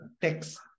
text